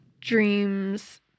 dreams